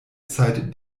zeit